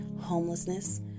homelessness